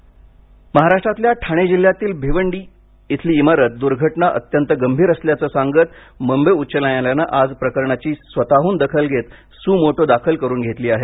भिवंडी महाराष्ट्रतल्या ठाणे जिल्ह्यातील भिवंडी इथली इमारत दुर्घटना अत्यंत गंभीर असल्याच सांगत मुंबई उच्च न्यायालयाने आज प्रकरणाची स्वतहून दखल घेऊन स्यु मोटो दाखल करून घेतली आहे